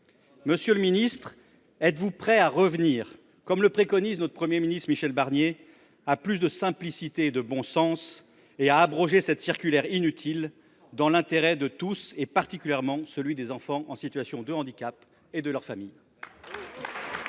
Monsieur le ministre, êtes vous prêt à revenir, comme le préconise le Premier ministre Michel Barnier, à plus de simplicité et de bon sens, et à abroger cette circulaire inutile, dans l’intérêt de tous, particulièrement celui des enfants en situation de handicap et de leur famille ?